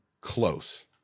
close